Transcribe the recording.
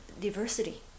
diversity